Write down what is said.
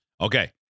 Okay